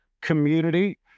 Community